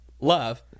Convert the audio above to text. love